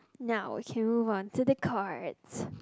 now can move on to the card